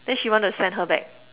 then she want to send her back